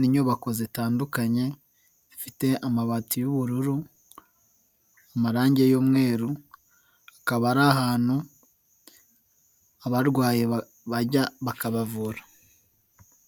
n'inyubako zitandukanye, zifite amabati yubururu, amarangi y'umweru, hakaba ari ahantu abarwaye bajya bakabavura.